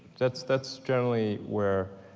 that's that's generally where,